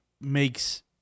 makes